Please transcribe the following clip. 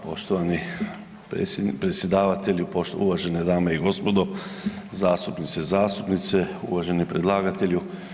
Poštovani predsjedavatelju, uvažene dame i gospodo zastupnice i zastupnici, uvaženi predlagatelju.